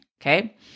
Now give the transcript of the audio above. Okay